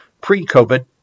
pre-COVID